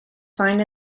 find